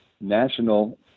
National